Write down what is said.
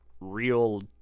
real